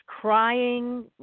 crying